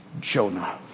Jonah